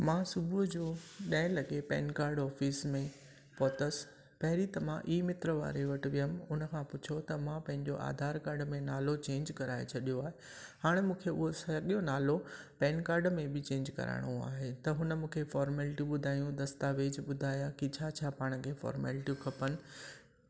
मां सुबुह जो ॾह लॻे पेन कार्ड ऑफिस में पहुतसि पहिरीं त मां ई मित्र वारे वटि वियमि उनखां पुछियो त मां पंहिंजो आधार कार्ड में नालो चेंज कराए छॾियो आहे हाणे मूंखे उहो साॻियो नालो पेन कार्ड में बि चेंज कराइणो आहे त हुन मूंखे फॉर्मेल्टियूं ॿुधायूं दस्तावेज़ ॿुधाया की छा छा पाण खे फॉर्मेल्टियूं खपनि